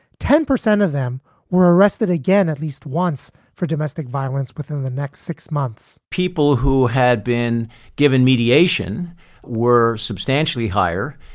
ten percent of them were arrested again, at least once for domestic violence within the next six months people who had been given mediation were substantially higher,